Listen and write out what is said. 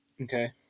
Okay